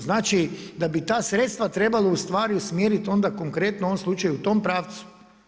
Znači, da bi ta sredstva trebalo u stvari usmjerit konkretno u ovom slučaju u tom pravcu.